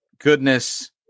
goodness